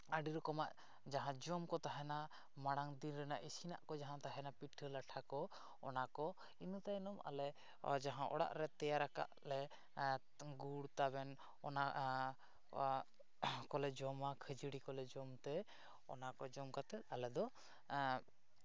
ᱟᱹᱰᱤ ᱨᱚᱠᱚᱢᱟᱜ ᱡᱟᱦᱟᱸ ᱡᱚᱢ ᱠᱚ ᱛᱟᱦᱮᱸᱱᱟ ᱢᱟᱲᱟᱝ ᱫᱤᱱ ᱨᱮᱱᱟᱜ ᱤᱥᱤᱱᱟᱜ ᱠᱚ ᱡᱟᱦᱟᱸ ᱛᱟᱦᱮᱸᱱᱟ ᱯᱤᱴᱷᱟᱹ ᱞᱟᱴᱷᱟ ᱠᱚ ᱚᱱᱟ ᱠᱚ ᱤᱱᱟᱹ ᱛᱟᱭᱱᱚᱢ ᱟᱞᱮ ᱡᱟᱦᱟᱸ ᱚᱲᱟᱜ ᱨᱮ ᱛᱮᱭᱟᱨ ᱟᱠᱟᱫ ᱞᱮ ᱜᱩᱲ ᱛᱟᱵᱮᱱ ᱚᱱᱟ ᱠᱚᱞᱮ ᱡᱚᱢᱟ ᱠᱷᱟᱹᱡᱟᱹᱲᱤ ᱠᱚᱞᱮ ᱡᱚᱢ ᱛᱮ ᱚᱱᱟ ᱠᱚ ᱡᱚᱢ ᱠᱟᱛᱮᱫ ᱟᱞᱮ ᱫᱚ